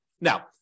Now